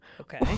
Okay